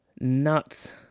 nuts